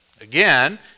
again